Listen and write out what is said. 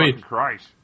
Christ